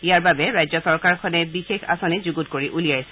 ইয়াৰ বাবে ৰাজ্য চৰকাৰখনে বিশেষ আঁচনি যুগত কৰি উলিয়াইছে